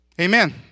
Amen